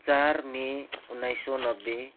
चार मे उन्नाइस सौ नब्बे